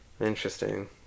Interesting